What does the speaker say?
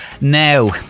Now